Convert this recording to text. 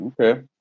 Okay